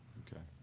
ok.